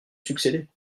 succéder